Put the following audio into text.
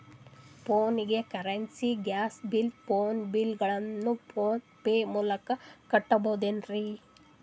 ಫೋನಿಗೆ currency, gas bill, phone bill ಗಳನ್ನು PhonePe ಮೂಲಕ ಕಟ್ಟಬಹುದೇನ್ರಿ?